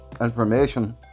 information